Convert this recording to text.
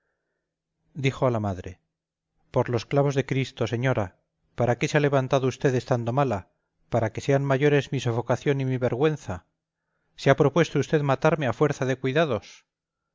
dijo a la madre por los clavos de cristo señora para qué se ha levantado usted estando mala para que sean mayores mi sofocación y mi vergüenza se ha propuesto usted matarme a fuerza de cuidados